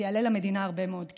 זה יעלה למדינה הרבה מאוד כסף.